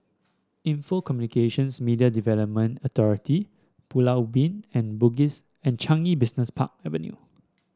Info Communications Media Development Authority Pulau Ubin and Changi Business Park Avenue